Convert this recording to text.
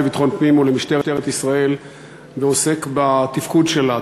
לביטחון פנים ולמשטרת ישראל ועוסק בתפקוד שלה,